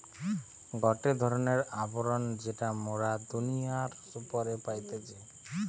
গটে ধরণের আবরণ যেটা মোরা দুনিয়ার উপরে পাইতেছি